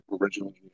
originally